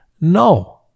No